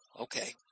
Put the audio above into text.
okay